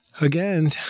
again